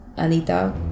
Anita